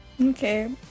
Okay